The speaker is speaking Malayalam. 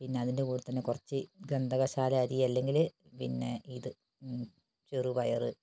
പിന്നെ അതിൻ്റെ കൂടെ തന്നെ ഗന്ധകശാല അരി അല്ലെങ്കിൽ പിന്നെ ഇത് ചെറുപയർ